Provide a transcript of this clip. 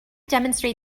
demonstrate